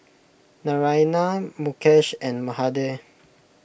Naraina Mukesh and Mahade